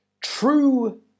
true